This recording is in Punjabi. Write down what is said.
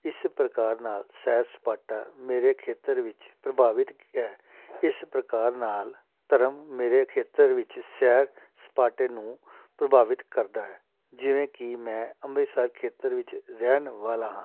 ਇਸੇ ਪ੍ਰਕਾਰ ਨਾਲ ਸੈਰ ਸਪਾਟਾ ਮੇਰੇ ਖੇਤਰ ਵਿੱਚ ਪ੍ਰਭਾਵਿਤ ਕੀਤਾ ਹੈ ਇਸ ਪ੍ਰਕਾਰ ਨਾਲ ਧਰਮ ਮੇਰੇ ਖੇਤਰ ਵਿੱਚ ਸੈਰ ਸਪਾਟੇ ਨੂੰ ਪ੍ਰਭਾਵਿਤ ਕਰਦਾ ਹੈ ਜਿਵੇਂ ਕਿ ਮੈਂ ਅੰਮ੍ਰਿਤਸਰ ਖੇਤਰ ਵਿੱਚ ਰਹਿਣ ਵਾਲਾ ਹਾਂ